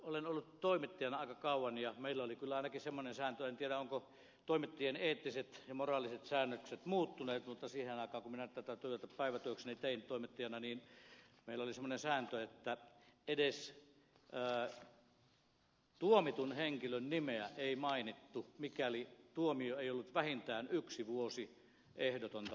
olen ollut toimittajana aika kauan ja meillä ainakin oli kyllä semmoinen sääntö en tiedä ovatko toimittajien eettiset ja moraaliset säännökset muuttuneet siihen aikaan kun minä tätä työtä päivätyökseni tein toimittajan työtä että edes tuomitun henkilön nimeä ei mainittu mikäli tuomio ei ollut vähintään yksi vuosi ehdotonta vankeutta